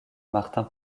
martin